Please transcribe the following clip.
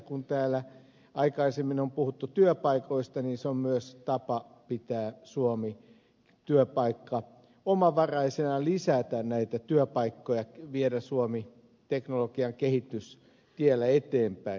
kun täällä aikaisemmin on puhuttu työpaikoista niin se on myös tapa pitää suomi työpaikkaomavaraisena ja lisätä näitä työpaikkoja viedä suomi teknologian kehitystiellä eteenpäin